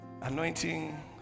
anointing